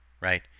right